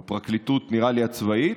עם הפרקליטות הצבאית,